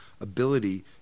ability